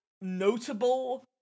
notable